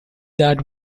that